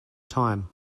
time